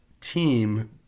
team